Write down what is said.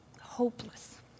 hopeless